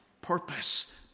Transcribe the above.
purpose